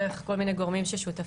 דרך כל מיני גורמים ששותפים,